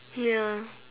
ya